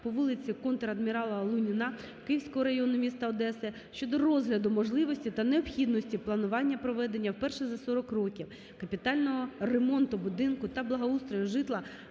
по вулиці Контр-Адмірала Луніна Київського району міста Одеси щодо розгляду можливості та необхідності планування проведення, вперше за 40 років, капітального ремонту будинку та благоустрою житла